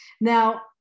Now